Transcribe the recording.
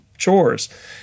chores